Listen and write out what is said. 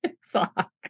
Fuck